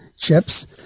chips